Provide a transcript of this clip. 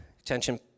attention